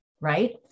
right